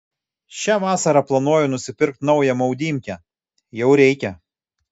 šią vasarą planuoju nusipirkt naują maudymkę jau reikia